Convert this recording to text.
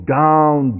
down